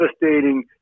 devastating